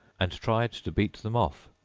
and tried to beat them off,